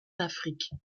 d’afrique